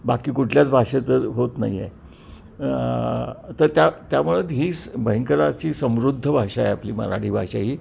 बाकी कुठल्याच भाषेचं होत नाही आहे तर त्या त्यामुळं ही भयंकर अशी समृद्ध भाषा आहे आपली मराठी भाषा ही